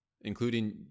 including